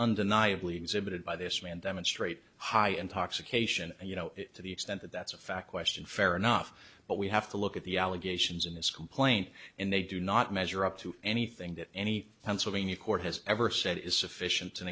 undeniably exhibited by this man demonstrate high intoxication and you know to the extent that that's a fact question fair enough but we have to look at the allegations in this complaint and they do not measure up to anything that any pennsylvania court has ever said is sufficient